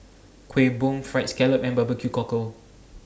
Kuih Bom Fried Scallop and Barbecue Cockle